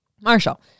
Marshall